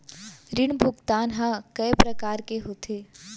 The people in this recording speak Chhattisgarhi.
ऋण भुगतान ह कय प्रकार के होथे?